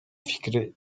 fikri